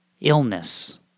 Illness